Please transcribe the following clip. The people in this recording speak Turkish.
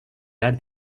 yer